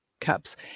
cups